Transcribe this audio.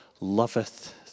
loveth